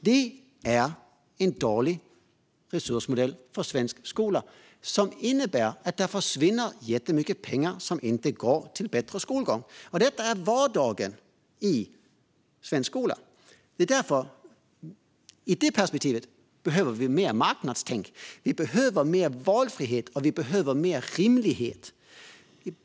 Det här är en dålig resursmodell för svensk skola som innebär att det försvinner jättemycket pengar som inte går till bättre skolgång. Detta är vardag i svensk skola. Utifrån det perspektivet behöver vi mer marknadstänk, mer valfrihet och mer rimlighet.